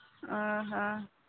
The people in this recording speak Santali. ᱚ ᱦᱚ